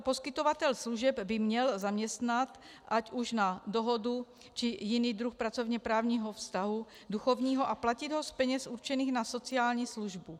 Poskytovatel služeb by měl zaměstnat ať už na dohodu, či jiný druh pracovněprávního vztahu duchovního a platit ho z peněz určených na sociální službu.